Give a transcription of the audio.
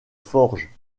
forge